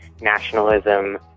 nationalism